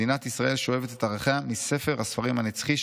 מדינת ישראל שואבת את ערכיה מספר הספרים הנצחי,